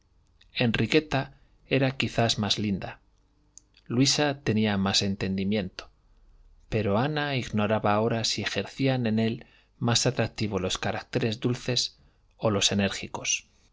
enriqueta era quizá más linda luisa tenía más entendimiento pero ana ignoraba ahora si ejercían en él más atractivo los caracteres dulces o los enérgicos